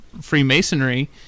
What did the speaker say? Freemasonry